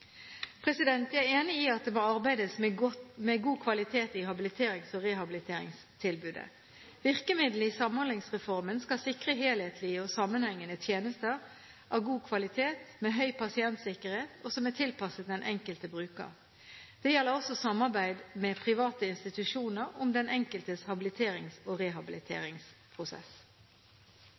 Jeg er enig i at det må arbeides med god kvalitet i habiliterings- og rehabiliteringstilbudet. Virkemidlene i Samhandlingsreformen skal sikre helhetlige og sammenhengende tjenester av god kvalitet, med høy pasientsikkerhet, og de skal være tilpasset den enkelte bruker. Det gjelder også samarbeid med private institusjoner om den enkeltes habiliterings- og rehabiliteringsprosess.